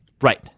Right